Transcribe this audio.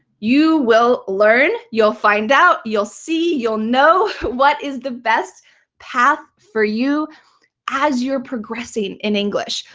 you will learn, you'll find out, you'll see, you'll know what is the best path for you as you're progressing in english.